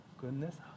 goodness